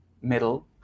middle